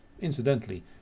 incidentally